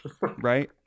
Right